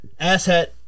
asshat